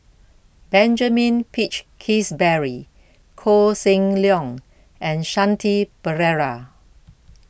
Benjamin Peach Keasberry Koh Seng Leong and Shanti Pereira